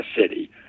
city